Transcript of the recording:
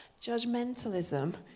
Judgmentalism